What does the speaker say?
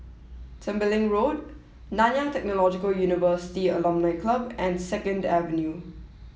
Tembeling Road Nanyang Technological University Alumni Club and Second Avenue